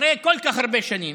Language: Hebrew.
אחרי כל כך הרבה שנים,